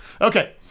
Okay